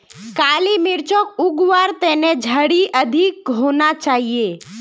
काली मिर्चक उग वार तने झड़ी अधिक होना चाहिए